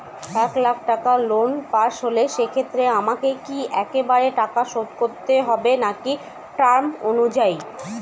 এক লাখ টাকা লোন পাশ হল সেক্ষেত্রে আমাকে কি একবারে টাকা শোধ করতে হবে নাকি টার্ম অনুযায়ী?